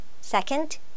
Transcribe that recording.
Second